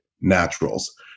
naturals